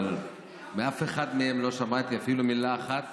אבל באף אחד מהם לא שמעתי אפילו מילה אחת